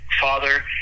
father